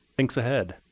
thinks ahead,